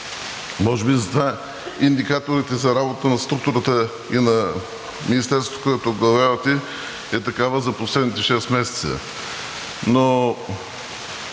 Може би затова индикаторите за работа на структурата и на Министерството, което оглавявате, е такава за последните шест месеца.